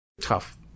tough